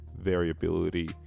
variability